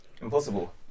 Impossible